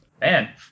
Man